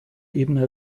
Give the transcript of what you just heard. ebene